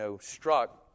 struck